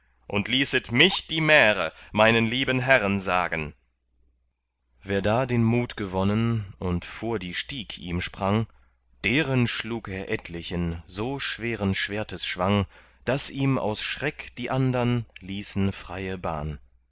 und ließet mich die märe meinen lieben herren sagen wer da den mut gewonnen und vor die stieg ihm sprang deren schlug er etlichen so schweren schwertesschwang daß ihm aus schreck die andern ließen freie bahn